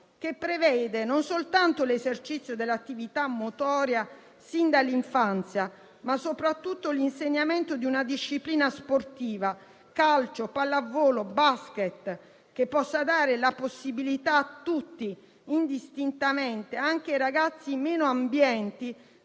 che prevede non soltanto l'esercizio dell'attività motoria sin dall'infanzia, ma soprattutto l'insegnamento di una disciplina sportiva - calcio, pallavolo, basket - che possa dare la possibilità a tutti indistintamente, anche ai ragazzi meno abbienti,